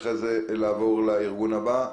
אחרי זה אני רוצה לעבור לארגון הבא,